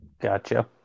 Gotcha